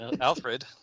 Alfred